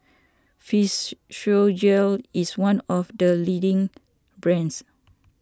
is one of the leading brands